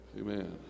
Amen